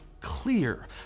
clear